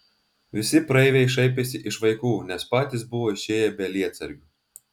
visi praeiviai šaipėsi iš vaikų nes patys buvo išėję be lietsargių